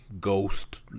ghost